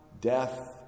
death